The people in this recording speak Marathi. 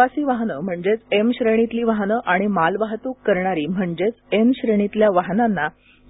प्रवासी वाहनं म्हणजेच एम श्रेणीतली वाहनं आणि मालवाहतूक करणारी म्हणजेच एन श्रेणीतल्या वाहनांना